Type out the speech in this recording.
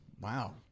Wow